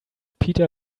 peter